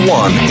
one